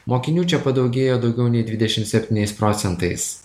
mokinių čia padaugėjo daugiau nei dvidešimt septyniais procentais